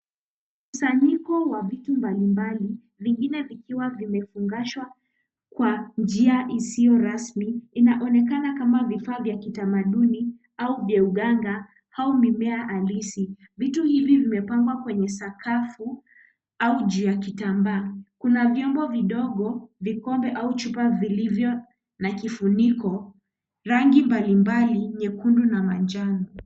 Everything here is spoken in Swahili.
Mkusanyiko wa vitu mbali mbali vingine vikiwa vimefungashwa Kwa njia isio rasmi inaonekana kama vivaa vya kitamadhuni au vya Uganda au mimea halisi, vitu vingi vimepanga kwenye sakafu au juu ya kitambaa kuna vyombo vidogo vikombe au chupa vilivyo na kifuniko, rangi mbali mbali nyekundu na manjano.